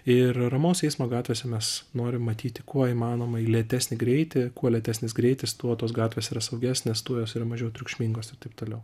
ir ramaus eismo gatvėse mes norim matyti kuo įmanomai lėtesnį greitį kuo lėtesnis greitis tuo tos gatvės yra saugesnės tuo jos yra mažiau triukšmingos ir taip toliau